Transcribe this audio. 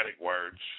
words